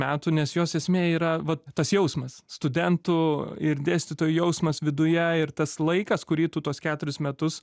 metų nes jos esmė yra va tas jausmas studentų ir dėstytojų jausmas viduje ir tas laikas kurį tu tuos keturis metus